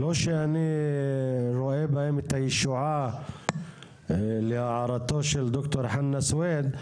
לא שאני רואה בהן את הישועה להערתו של ד"ר חנא סוויד,